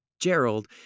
Gerald